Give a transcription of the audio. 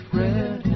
red